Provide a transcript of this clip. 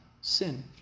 sin